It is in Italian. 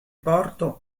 porto